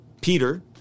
Peter